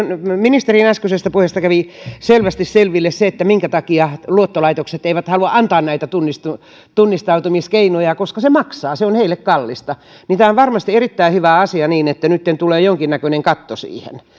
ministerin äskeisestä puheesta kävi selvästi selville se minkä takia luottolaitokset eivät halua antaa näitä tunnistautumiskeinoja se maksaa se on heille kallista tämä on varmasti erittäin hyvä asia että nytten tulee jonkinnäköinen katto siihen